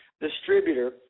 Distributor